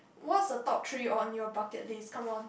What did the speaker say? what's the top three on your bucket list come on